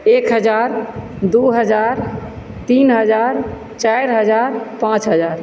एक हजार दू हजार तीन हजार चारि हजार पाँच हजार